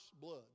blood